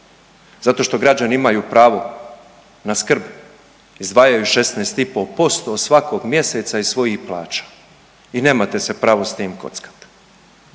Zato što građani imaju pravo na skrb, izdvajaju 16,5% svakog mjeseca iz svojih plaća i nemate se pravo s tim kockati.